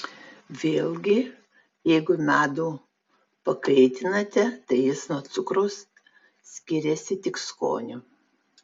vėlgi jeigu medų pakaitinate tai jis nuo cukraus skiriasi tik skoniu